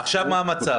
מה המצב